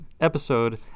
episode